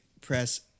press